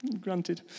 granted